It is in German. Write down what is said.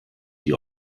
die